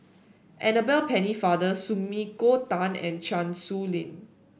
Annabel Pennefather Sumiko Tan and Chan Sow Lin